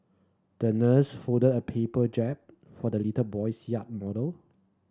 the nurse folded a paper jib for the little boy's yacht model